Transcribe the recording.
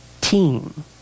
team